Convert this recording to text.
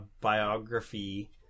biography